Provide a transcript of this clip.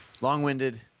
long-winded